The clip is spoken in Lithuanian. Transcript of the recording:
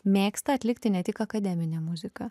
mėgsta atlikti ne tik akademinę muziką